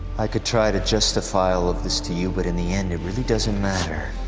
i could try to justify all of this to you but in the end it really doesn't matter.